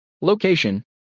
Location